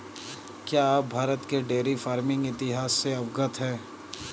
क्या आप भारत के डेयरी फार्मिंग इतिहास से अवगत हैं?